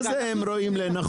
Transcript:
מה זה הם רואים לנכון?